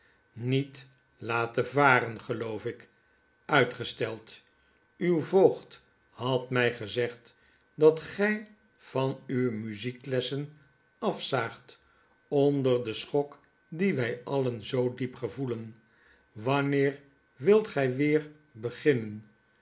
niet laten varen geloof ik uitgesteld uw voogd had mij gezegd dat gij van uwe muzieklessen afzaagt onder den schok dien wij alien zoo diep gevoelen wanneer wilt gij weer beginnen